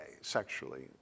sexually